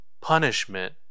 punishment